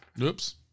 Oops